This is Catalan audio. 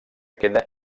queda